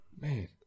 Man